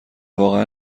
واقعا